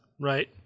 right